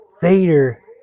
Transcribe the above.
Vader